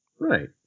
Right